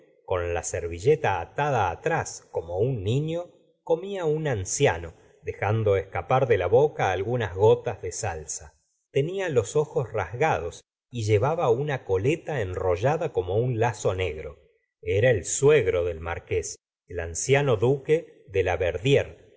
con la servilleta atada atrás como un nirió comía un anciano dejando escapar de la boca algunas go tas de salsa tenía los ojos rasgados y llevaba unh coleta enrollada como un lazo negro era el suegro del marqués el anciano duque de laverdiere